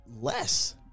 less